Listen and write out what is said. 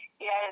Yes